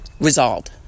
resolved